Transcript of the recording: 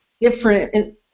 different